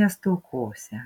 nestokosią